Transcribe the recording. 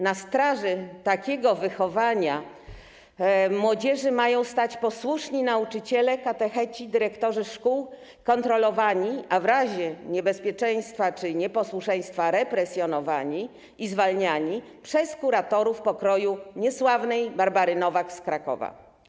Na straży takiego wychowania młodzieży mają stać posłuszni nauczyciele, katecheci, dyrektorzy szkół, kontrolowani, a w razie niebezpieczeństwa czy nieposłuszeństwa - represjonowani i zwalniani przez kuratorów pokroju niesławnej Barbary Nowak z Krakowa.